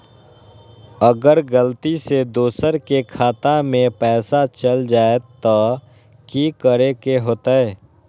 अगर गलती से दोसर के खाता में पैसा चल जताय त की करे के होतय?